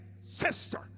Sister